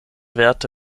werte